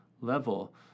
level